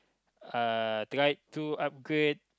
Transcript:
uh try to upgrade